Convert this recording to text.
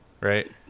right